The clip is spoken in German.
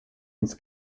ins